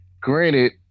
Granted